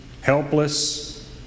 helpless